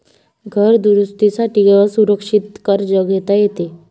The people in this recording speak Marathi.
घर दुरुस्ती साठी असुरक्षित कर्ज घेता येते